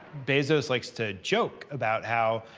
bezos likes to joke about how,